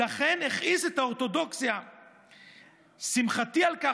"לכן הכעיס את האורתודוקסיה שמחתי על כך